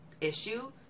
issue